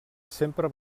sempre